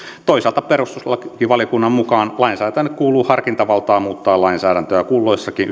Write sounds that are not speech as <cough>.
toisaalta perustuslakivaliokunnan mukaan lainsäätäjälle kuuluu harkintavaltaa muuttaa lainsäädäntöä kulloisenkin <unintelligible>